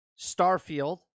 Starfield